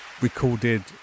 recorded